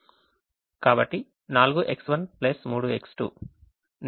కాబట్టి 4X1 3X2